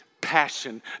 passion